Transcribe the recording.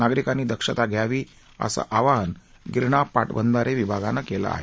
नागरिकांनी दक्षता घ्यावी असं आवाहन गिरणा पाटबंधारे विभागानं केलं आहे